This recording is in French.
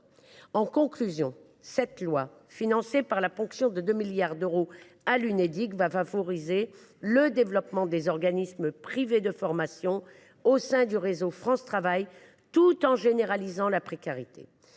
En conclusion, ce projet de loi, financé par la ponction de 2 milliards d’euros sur l’Unédic, favorisera le développement des organismes privés de formation au sein du réseau France Travail tout en généralisant la précarité.